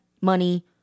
money